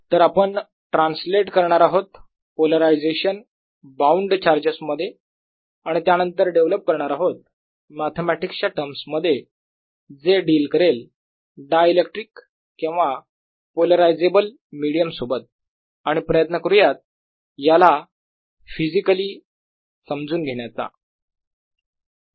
तर आपण ट्रान्सलेट करणार आहोत पोलरायझेशन बाउंड चार्जेस मध्ये आणि त्यानंतर डेव्हलप करणार आहोत मॅथेमॅटिक्स च्या टर्म्स मध्ये जे डील करेल डायइलेक्ट्रिक किंवा पोलारायझेबल मिडीयम सोबत आणि प्रयत्न करूयात याला फिजिकली समजून घेण्याचा